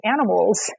animals